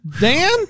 Dan